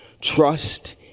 Trust